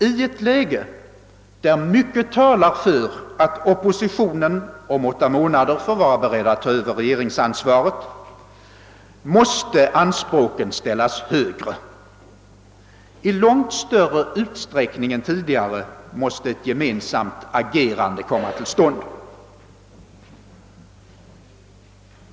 I ett läge där mycket talar för att oppositionen om åtta månader får vara beredd att ta över regeringsansvaret måste anspråken ställas högre. I långt större utsträckning än tidigare måste ett gemensamt agerande komma till stånd.